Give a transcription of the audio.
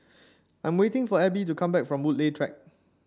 I'm waiting for Ebb to come back from Woodleigh Track